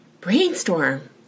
brainstorm